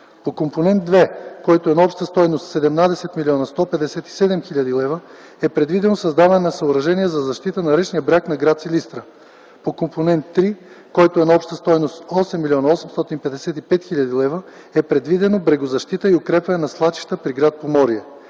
По Компонент 2, който е на обща стойност 17 млн. 157 хил. лв., е предвидено: създаване на съоръжения за защита на речния бряг на гр. Силистра. По Компонент 3, който е на обща стойност 8 млн. 855 хил. лв., е предвидено: брегозащита и укрепване на свлачища при гр. Поморие.